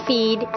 Feed